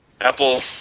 apple